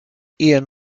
ian